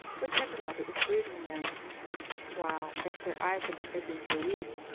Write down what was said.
whichever mother is brooding them while, as their eyes have been open for a week,